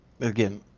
again